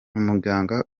umuganga